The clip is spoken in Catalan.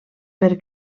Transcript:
per